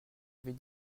avait